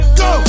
go